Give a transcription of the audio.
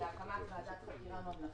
להקמת ועדת חקירה ממלכתית.